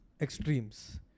extremes